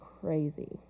crazy